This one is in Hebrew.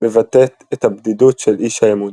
מבטאת את הבדידות של "איש האמונה".